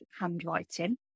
handwriting